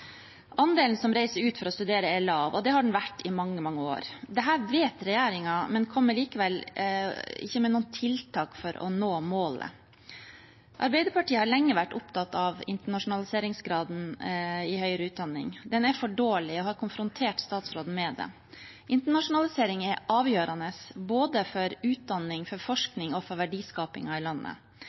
Andelen som reiser ut for å studere, er lav, og det har den vært i mange, mange år. Dette vet regjeringen, men kommer likevel ikke med noen tiltak for å nå målet. Arbeiderpartiet har lenge vært opptatt av internasjonaliseringsgraden i høyere utdanning. Den er for dårlig, og jeg har konfrontert statsråden med det. Internasjonalisering er avgjørende både for utdanning, for forskning og for verdiskapingen i landet.